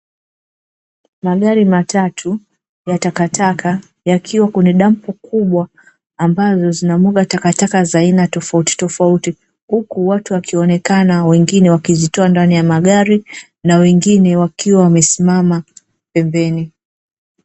Magari matatu ya takataka yakiwa kwenye dampo kubwa ambazo zinamwaga takataka za aina tofautitofauti, huku watu wakionekana wengine wakizitoa ndani ya magari na wengine wakiwa wamesimama pembeni.